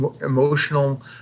emotional